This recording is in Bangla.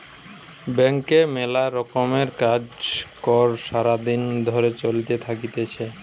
ব্যাংকে মেলা রকমের কাজ কর্ সারা দিন ধরে চলতে থাকতিছে